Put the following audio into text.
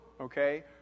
Okay